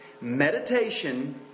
meditation